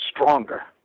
stronger